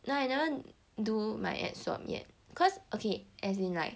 no I never do my add sort yet cause okay as in like